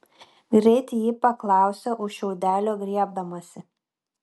greit ji paklausė už šiaudelio griebdamasi